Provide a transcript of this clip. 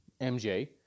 MJ